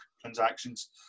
transactions